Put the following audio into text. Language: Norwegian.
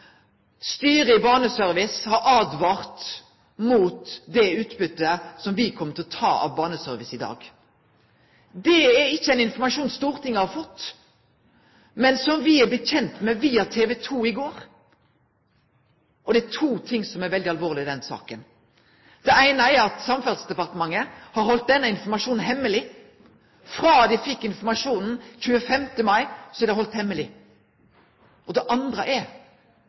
har åtvara mot å ta ut det utbyttet som me kjem til å ta ut frå Baneservice i dag. Det er ikkje ein informasjon Stortinget har fått, men som me er blitt kjende med via TV 2 i går. Det er to ting som er veldig alvorleg i den saka. Det eine er at Samferdselsdepartementet har halde denne informasjonen hemmeleg frå dei fekk informasjonen den 25. mai. Det andre er at konsekvensane av det